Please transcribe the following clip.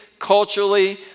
Culturally